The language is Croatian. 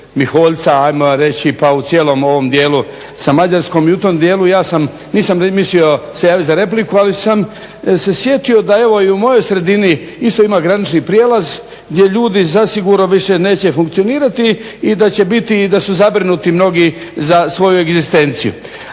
Miholjca ajmo reći pa u cijelom ovom dijelu sa Mađarskom. I u tom dijelu ja sam, nisam mislio se javit za repliku ali sam se sjetio da evo i u moj sredini isto ima granični prijelaz gdje ljudi zasigurno neće više funkcionirati i da će biti i da su zabrinuti mnogi za svoju egzistenciju.